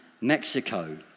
Mexico